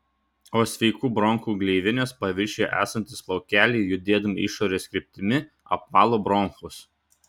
o sveikų bronchų gleivinės paviršiuje esantys plaukeliai judėdami išorės kryptimi apvalo bronchus